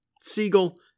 Siegel